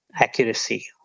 accuracy